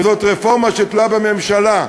וזאת רפורמה שתלויה בממשלה,